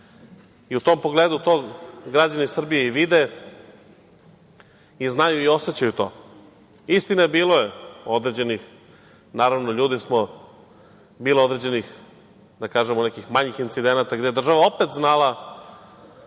tom pogledu, to građani Srbije i vide i znaju i osećaju to. Istina, naravno, ljudi smo, bilo je određenih da kažemo nekih manjih incidenata gde je država opet znala